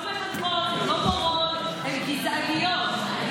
הן לא מחנכות, לא מורות, הן גזעניות.